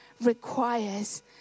requires